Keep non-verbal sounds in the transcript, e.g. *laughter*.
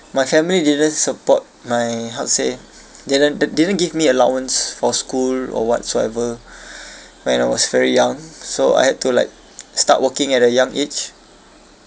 my family didn't support my how to say they didn't th~ they didn't give me allowance for school or whatsoever *breath* when I was very young so I had to like start working at a young age